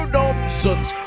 nonsense